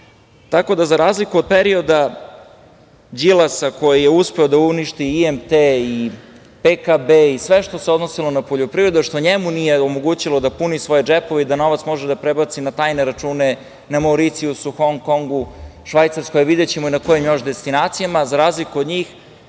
poslovanja.Za razliku od perioda Đilasa, koji je uspeo da uništi IMT i PKB i sve što se odnosilo na poljoprivredu, a što njemu nije omogućilo da puni svoje džepove i da novac može da prebaci na tajne računa na Mauricijusu, u Honk Kongu, Švajcarskoj, a videćemo i na kojim još destinacijama, za razliku od njih,